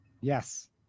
Yes